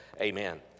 Amen